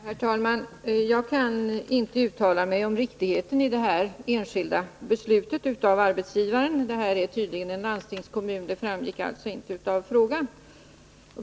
Herr talman! Jag kan inte uttala mig om riktigheten i det här enskilda beslutet av arbetsgivaren. Det är tydligen en landstingskommun, men det framgick inte av frågan.